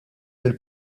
lill